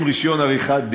הנושאים רישיון עריכת-דין